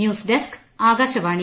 news desk Akashvani